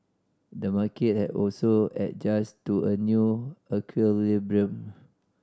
the market has also adjusted to a new